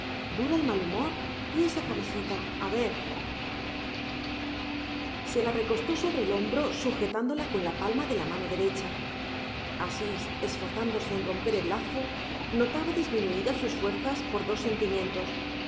dura el mal humor y esa cabecita a ver se la recostó sobre el hombro sujetándola con la palma de la mano derecha asís esforzándose en romper el lazo notaba disminuidas sus fuerzas por dos sentimientos